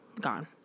gone